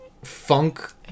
funk